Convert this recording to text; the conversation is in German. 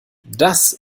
das